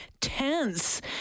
tense